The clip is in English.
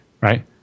Right